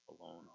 alone